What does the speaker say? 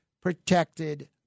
protected